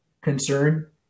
concern